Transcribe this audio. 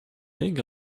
being